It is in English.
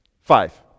Five